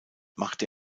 machte